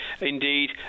indeed